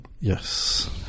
Yes